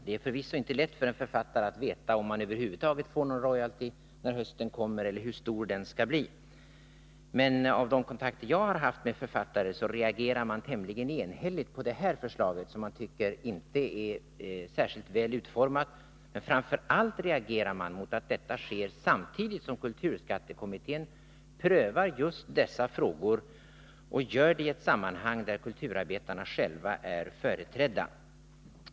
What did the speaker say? Det är förvisso inte lätt för en författare att veta om han över huvud taget får någon royalty när hösten kommer eller hur stor den skall bli. Men att döma av de kontakter jag har haft med författare reagerar man tämligen enhälligt på detta förslag, som man inte tycker är särskilt väl utformat. Framför allt reagerar man mot att detta sker samtidigt som kulturskattekommittén prövar just dessa frågor, och gör det i ett sammanhang där kulturarbetarna själva är företrädda.